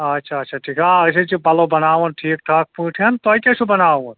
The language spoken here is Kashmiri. اَچھا اَچھا ٹھیٖک آ أسۍ حظ چھِ پَلو بَناوَن ٹھیٖک ٹھاک پٲٹھٮ۪ن تۄہہِ کیٛاہ چھُو بَناوُن